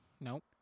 Nope